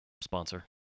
sponsor